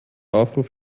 aufruf